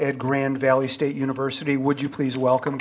at grand valley state university would you please welcome